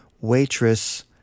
waitress